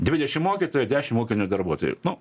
dvidešim mokytojų dešimt ūkinių darbuotojų nu